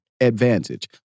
advantage